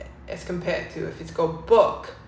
as compared to a physical book